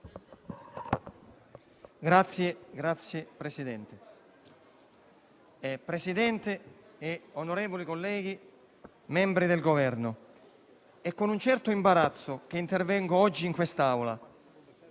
Presidente, onorevoli colleghi, membri del Governo, è con un certo imbarazzo che intervengo oggi in quest'Aula